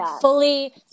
fully